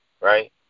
right